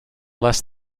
less